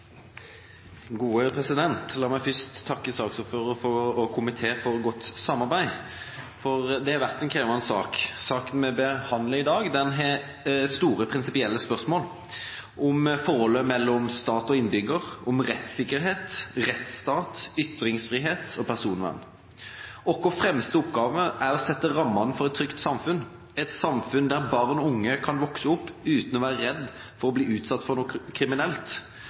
gode samarbeidet med regjeringen på dette feltet. Fremskrittspartiet stiller seg selvfølgelig bak denne innstillingen. La meg først takke saksordføreren og komiteen for godt samarbeid – for det har vært en krevende sak. Saken vi behandler i dag, reiser store prinsipielle spørsmål – om forholdet mellom stat og innbygger, om rettssikkerhet, rettsstat, ytringsfrihet og personvern. Vår fremste oppgave er å sette rammene for et trygt samfunn, et samfunn der barn og unge kan vokse opp uten å være redd for å bli utsatt for noe